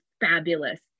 fabulous